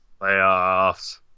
Playoffs